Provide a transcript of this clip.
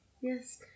Yes